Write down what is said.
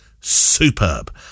superb